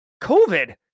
COVID